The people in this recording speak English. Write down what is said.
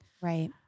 Right